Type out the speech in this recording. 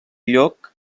lloc